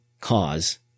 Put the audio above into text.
cause